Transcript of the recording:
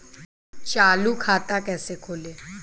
चालू खाता कैसे खोलें?